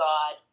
God